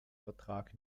vertrag